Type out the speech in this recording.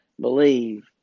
believe